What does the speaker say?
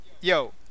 Yo